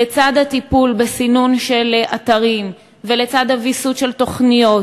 לצד הטיפול בסינון של אתרים ולצד הוויסות של תוכניות,